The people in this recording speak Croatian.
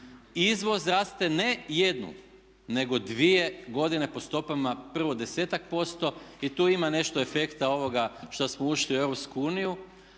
Izvoz raste ne jednu, nego dvije godine po stopama prvo desetak posto i tu ima nešto efekta ovoga što smo ušli u EU